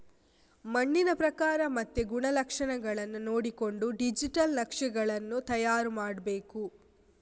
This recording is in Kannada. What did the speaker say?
ಮಣ್ಣಿನ ಪ್ರಕಾರ ಮತ್ತೆ ಗುಣಲಕ್ಷಣಗಳನ್ನ ನೋಡಿಕೊಂಡು ಡಿಜಿಟಲ್ ನಕ್ಷೆಗಳನ್ನು ತಯಾರು ಮಾಡ್ಬೇಕು